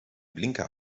blinker